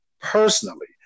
personally